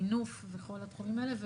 המינוף וכל התחומים האלה.